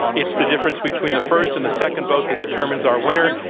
it's the difference between the first and the second vote that determines our winner.